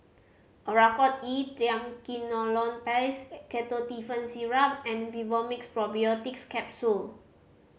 Oracort E Triamcinolone Paste Ketotifen Syrup and Vivomixx Probiotics Capsule